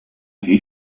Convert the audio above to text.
wie